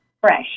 fresh